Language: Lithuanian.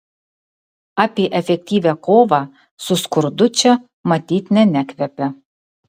apie efektyvią kovą su skurdu čia matyt ne nekvepia